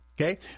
Okay